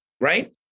Right